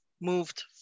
moved